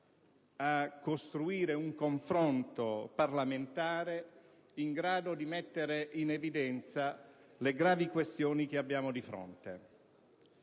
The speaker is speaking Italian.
a costruire un confronto parlamentare in grado di mettere in evidenza le gravi questioni che abbiamo di fronte.